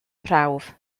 prawf